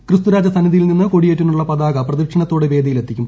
ക്രിസ്തുരാജ സന്നിധിയിൽ നിന്ന് കൊടിയേറ്റിനുള്ള പതാക പ്രദക്ഷിണത്തോടെ വേദിയിൽ എത്തിക്കും